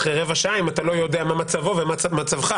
רבע שעה אם אתה לא יודע מה מצבו ומה מצבך.